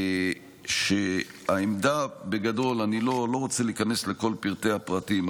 לא איכנס לכל פרטי-הפרטים,